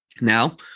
Now